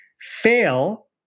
fail